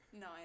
No